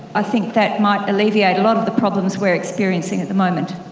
i think that might alleviate a lot of the problems we're experiencing at the moment.